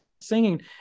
singing